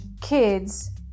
kids